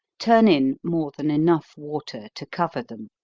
turn in more than enough water to cover them.